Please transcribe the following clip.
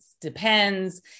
depends